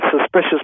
suspicious